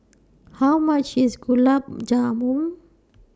How much IS Gulab Jamun